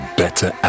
better